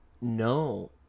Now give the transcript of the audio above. No